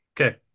Okay